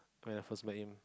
when I first met him